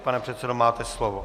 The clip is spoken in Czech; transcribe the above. Pane předsedo, máte slovo.